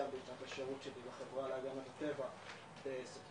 סיימתי את השירות בחברה להגנת הטבע בספטמבר